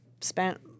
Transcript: spent